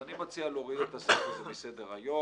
אני מציע להוריד את הסעיף הזה מסדר היום.